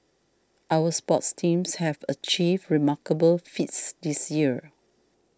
our sports teams have achieved remarkable feats this year